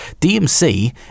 DMC